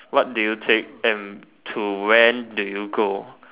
what do you take and to when do you go